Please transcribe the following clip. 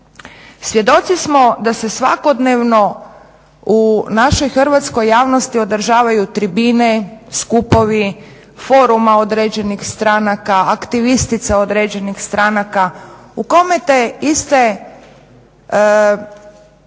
Svjedoci smo da se svakodnevno u našoj hrvatskoj javnosti održavaju tribine, skupovi, foruma određenih stranaka, aktivistice određenih stranaka u kome te iste